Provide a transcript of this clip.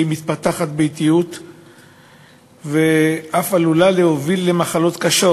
שמתפתחת באטיות ואף עלולה להוביל למחלות קשות,